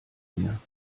mehr